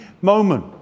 moment